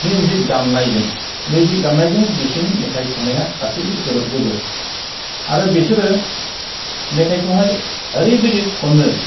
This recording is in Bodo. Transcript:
मिउजिक दामनायजों मिउजिक दामनायजों बिसिनि मेथाइ खननाया गासैबो गोरोबजोबो आरो बेसोरो मेथाइखौहाय आरैबायदि खनो